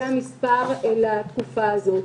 זה המספר לתקופה הזאת.